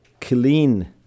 clean